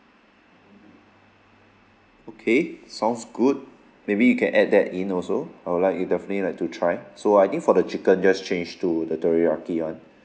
okay sounds good maybe you can add that in also I'll like definitely like to try so I think for the chicken just change to the teriyaki one